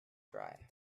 dry